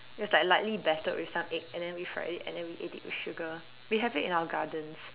it was like lightly battered with some egg and the we fried it and then we ate it with sugar we have it in our gardens